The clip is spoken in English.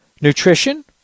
nutrition